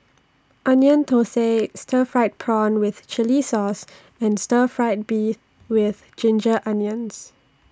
Onion Thosai Stir Fried Prawn with Chili Sauce and Stir Fry Beef with Ginger Onions